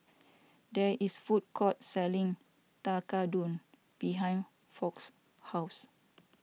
there is food court selling Tekkadon behind Foch's house